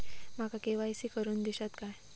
माका के.वाय.सी करून दिश्यात काय?